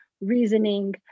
reasoning